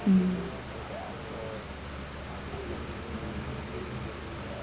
um